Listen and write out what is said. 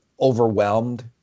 overwhelmed